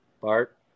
Bart